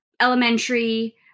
elementary